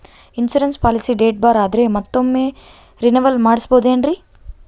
Insurance policy date ಬಾರ್ ಆದರೆ ಮತ್ತೊಮ್ಮೆ ರಿನಿವಲ್ ಮಾಡಿಸಬಹುದೇ ಏನ್ರಿ?